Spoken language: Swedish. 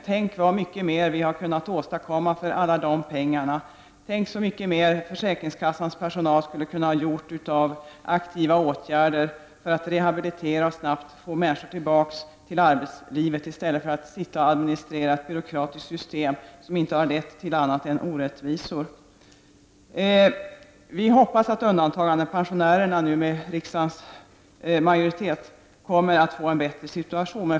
Tänk, så mycket mer vi hade kunnat åstadkomma för alla de pengarna. Tänk, så mycket mer försäkringskassans personal hade kunnat göra av aktiva åtgärder för att rehabilitera och snabbt få människor tillbaka till arbetslivet, i stället för att sitta och administrera ett byråkratiskt system som inte har lett till annat än orättvisor. Vi hoppas att undantagandepensionärerna kommer att få en bättre situation.